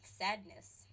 sadness